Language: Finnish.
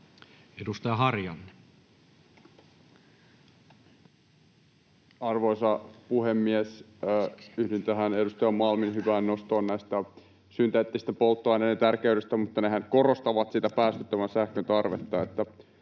18:17 Content: Arvoisa puhemies! Yhdyn tähän edustaja Malmin hyvään nostoon synteettisten polttoaineiden tärkeydestä, mutta nehän korostavat sitä päästöttömän sähkön tarvetta.